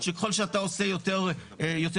שככול שאתה עושה יותר אוניות,